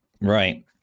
Right